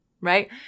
right